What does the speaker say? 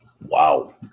Wow